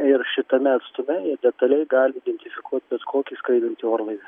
ir šitame atstume jie detaliai gali identifikuot bet kokį skraidantį orlaivį